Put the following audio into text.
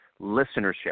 listenership